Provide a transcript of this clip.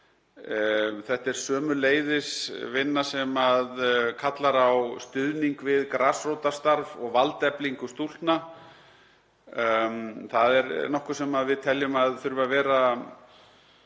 Þetta er sömuleiðis vinna sem kallar á stuðning við grasrótarstarf og valdeflingu stúlkna. Það er nokkuð sem við teljum að sé